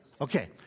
Okay